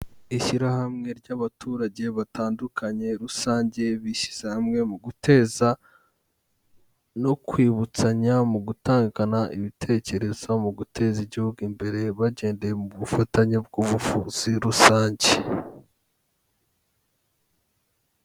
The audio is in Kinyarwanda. Ishyirahamwe ry'abaturage batandukanye rusange, bishyize hamwe mu guteza no kwibutsanya mu gutangana ibitekerezo mu guteza igihugu imbere, bagendeye mu bufatanye bw'ubuvuzi rusange.